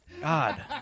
God